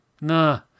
nah